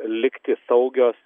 likti saugios